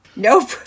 Nope